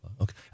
Okay